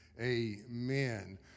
amen